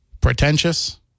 pretentious